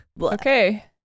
Okay